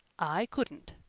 i couldn't,